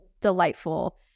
delightful